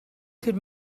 could